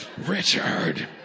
Richard